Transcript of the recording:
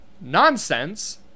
nonsense